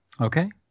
Okay